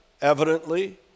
evidently